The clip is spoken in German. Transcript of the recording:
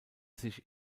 sich